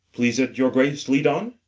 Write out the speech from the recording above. please it your grace lead on?